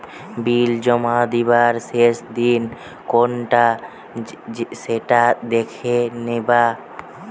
বিল জমা দিবার শেষ দিন কোনটা সেটা দেখে নিবা